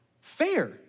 fair